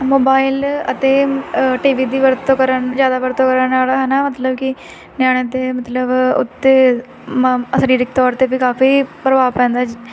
mobile ਅਤੇ TV ਦੀ ਵਰਤੋਂ ਕਰਨ ਜ਼ਿਆਦਾ ਵਰਤੋਂ ਕਰਨ ਨਾਲ ਹਨਾ ਮਤਲਬ ਕਿ ਨਿਆਣੇ ਅਤੇ ਮਤਲਬ ਉਤੇ ਮ ਸਰੀਰਕ ਤੌਰ 'ਤੇ ਵੀ ਕਾਫੀ ਪ੍ਰਭਾਵ ਪੈਂਦਾ